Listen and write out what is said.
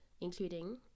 including